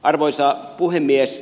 arvoisa puhemies